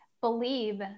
believe